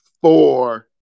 four